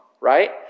right